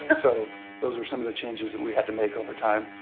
and so those are some of the changes that we had to make over time.